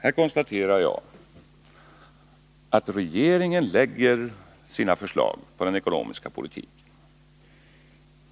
Jag konstaterar följande: Regeringen lägger fram sina förslag om den ekonomiska politiken.